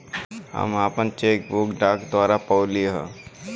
हम आपन cheque book डाक द्वारा पउली है